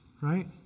Right